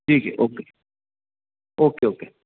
ठीक है okay okay okay